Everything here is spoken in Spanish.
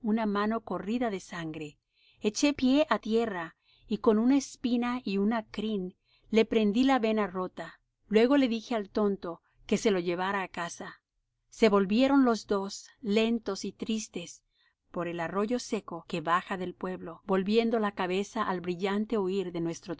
mano corrida de sangre eché pie á tierra y con una espina y una crin le prendí la vena rota luego le dije al tonto que se lo llevara á casa se volvieron los dos lentos y tristes por el arroyo seco que baja del pueblo volviendo la cabeza al brillante huir de nuestro